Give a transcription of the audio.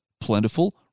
plentiful